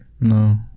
No